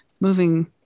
moving